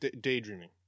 Daydreaming